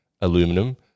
aluminum